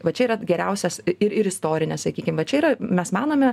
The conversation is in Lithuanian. va čia yra geriausias ir ir istorine sakykim va čia yra mes manome